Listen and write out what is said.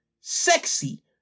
sexy